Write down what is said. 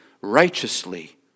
righteously